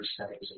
settings